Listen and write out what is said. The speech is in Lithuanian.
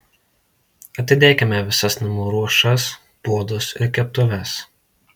atidėkime visas namų ruošas puodus ir keptuves